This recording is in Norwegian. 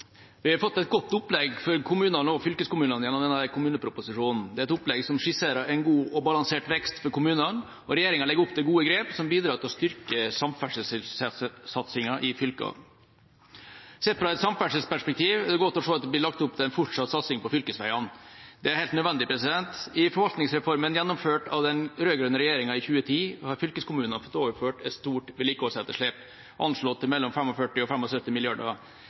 Vi har fått et godt opplegg for kommunene og fylkeskommunene gjennom denne kommuneproposisjonen. Det er et opplegg som skisserer en god og balansert vekst for kommunene, og regjeringa legger opp til gode grep som bidrar til å styrke samferdselssatsinga i fylkene. Sett fra et samferdselsperspektiv er det godt å se at det blir lagt opp til en fortsatt satsing på fylkesvegene. Det er helt nødvendig. I forvaltningsreformen, gjennomført av den rød-grønne regjeringa i 2010, har fylkeskommunene fått overført et stort vedlikeholdsetterslep, anslått til mellom 45 og